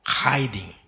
hiding